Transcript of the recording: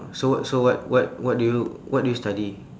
so what so what what what do you what do you study